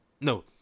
No